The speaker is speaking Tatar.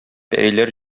пәриләр